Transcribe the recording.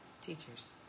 Teachers